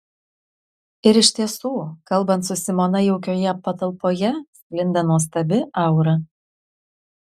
ir iš tiesų kalbant su simona jaukioje patalpoje sklinda nuostabi aura